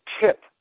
tip